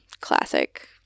classic